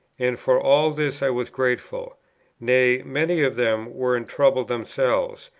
and for all this i was grateful nay, many of them were in trouble themselves,